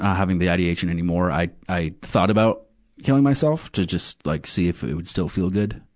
having the ideation anymore. i, i thought about killing myself to just like see if it would still feel good.